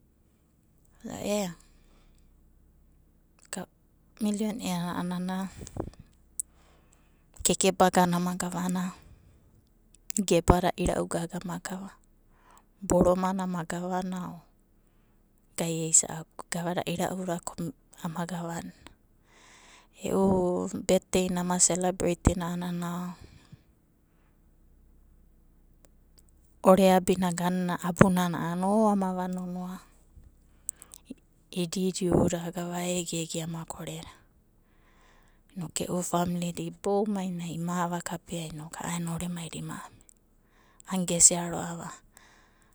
Ea milionea a'ana keke bagana ama gavana gebada ira'ugaga ama gava, boromana ama gavana o gai eisa'aku ko gavada ira'uvere ama gavanda. E'u betdeina ama selebaraitna a'anana ore abina abunana ama vanonoa ididiuda gava egege ama koreda inoku e'u famlida ibouboudadai liaen nai ima ava kapea inoku a'ana gesia ro'ava.